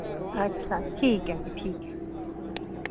अच्छा ठीक ऐ फ्ही ठीक ऐ